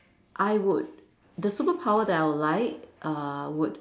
I would the superpower that I would like err would